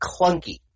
clunky